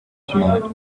tonight